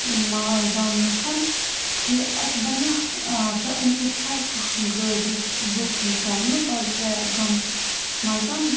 ٲں زانُن کہِ اَتہِ بَنیٛاہ ٲں ژےٚ أنٛدۍ پٔکۍ چھا حظ کانٛہہ گٲڑۍ یۄس بُک یی کَرنہٕ تۄہہِ گامَس منٛز